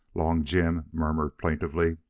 long jim murmured plaintively.